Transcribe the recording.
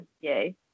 yay